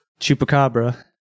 chupacabra